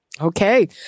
Okay